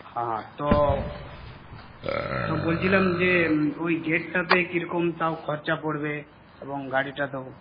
হ্যাঁ তো তো বলছিলাম যে ওই গেটটাতে কীরকম তাও খরচা পড়বে এবং গাড়িটাতেও